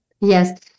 Yes